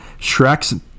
shrek's